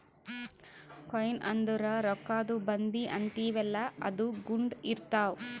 coin ಅಂದುರ್ ರೊಕ್ಕಾದು ಬಂದಿ ಅಂತೀವಿಯಲ್ಲ ಅದು ಗುಂಡ್ ಇರ್ತಾವ್